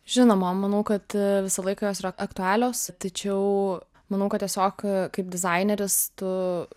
žinoma manau kad visą laiką jos yra aktualios tačiau manau kad tiesiog kaip dizaineris tu